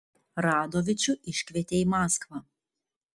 radovičių iškvietė į maskvą